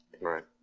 Right